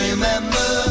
Remember